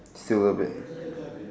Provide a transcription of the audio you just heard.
still a bit